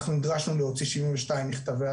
אנחנו נדרשנו להוציא שבעים ושניים מכתבי